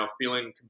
feeling